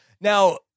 Now